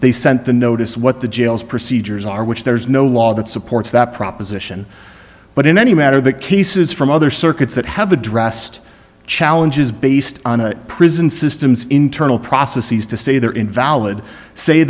they sent the notice what the jails procedures are which there is no law that supports that proposition but in any matter the cases from other circuits that have addressed challenges based on a prison systems internal process is to say they're invalid say